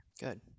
Good